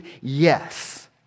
yes